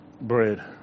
bread